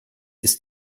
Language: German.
ist